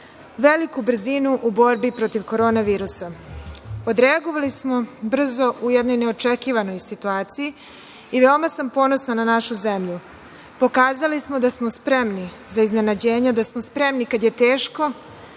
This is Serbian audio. veliku brzinu u borbi protiv koronavirusa. Odreagovali smo brzo u jednoj neočekivanoj situaciji i veoma sam ponosna na našu zemlju. Pokazali smo da smo spremni za iznenađenja, da smo spremni kad je teško,